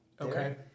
Okay